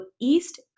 East